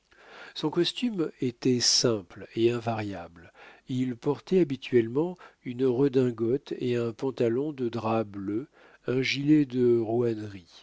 son costume était simple et invariable il portait habituellement une redingote et un pantalon de drap bleu un gilet de